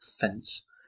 fence